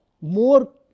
more